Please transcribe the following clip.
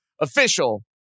official